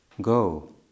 go